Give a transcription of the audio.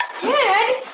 dad